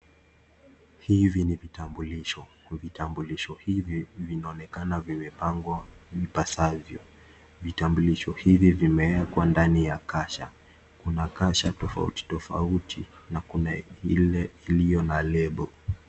Hivi ni vitambulisho Kwa vitambulisho hivi, vinaonekana vimepangwa ipasavyo. Vitambulisho hivi vimewekwa ndani ya kasha. Kuna kasha tofautitofauti na kuna iliyo na lebo